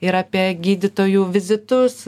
ir apie gydytojų vizitus